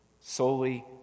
solely